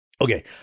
Okay